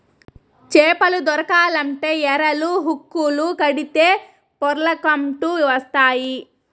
చేపలు దొరకాలంటే ఎరలు, హుక్కులు కడితే పొర్లకంటూ వస్తాయి